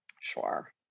Sure